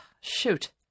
Shoot